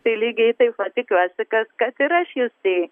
tai lygiai taip pat tikiuosi kad kad ir aš justei